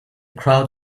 crowd